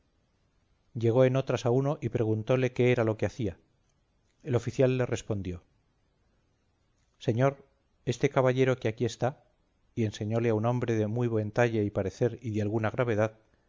llegó en otras a uno y preguntóle qué era lo que hacía el oficial le respondió señor este caballero que aquí está y enseñóle a un hombre de muy buen talle y parecer y de alguna gravedad